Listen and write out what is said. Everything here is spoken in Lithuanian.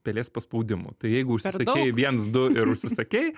pelės paspaudimų tai jeigu užsisakei viens du ir užsisakei